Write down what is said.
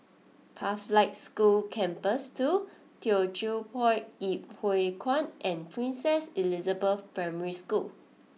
Pathlight School Campus Two Teochew Poit Ip Huay Kuan and Princess Elizabeth Primary School